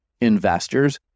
investors